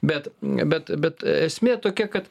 bet bet bet esmė tokia kad